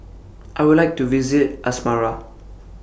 I Would like to visit Asmara